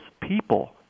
people